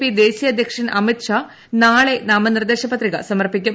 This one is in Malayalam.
പി ദേശീയ അധ്യക്ഷൻ അമിത് ഷാ നാളെ ന്നാമനിർദ്ദേശപത്രിക സമർപ്പിക്കും